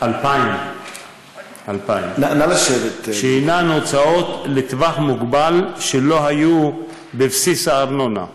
2000. שהן הוצאות לטווח מוגבל שלא היו בבסיס הארנונה.